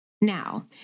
Now